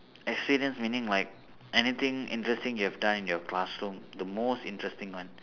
experience meaning like anything interesting you have done in your classroom the most interesting one